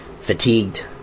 fatigued